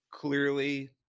clearly